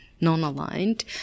non-aligned